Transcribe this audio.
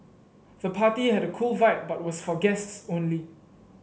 the party had a cool vibe but was for guests only